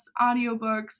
audiobooks